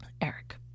Eric